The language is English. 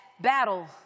battle